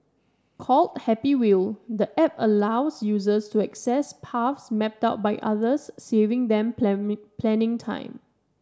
called Happy Wheel the app allows users to access paths mapped out by others saving them planning planning time